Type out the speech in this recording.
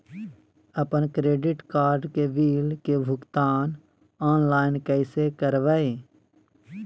अपन credit card के bill के भुगतान ऑनलाइन कैसे करबैय?